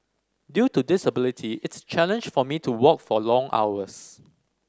due to disability it's a challenge for me to walk for long hours